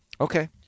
Okay